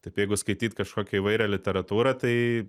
taip jeigu skaityt kažkokią įvairią literatūrą tai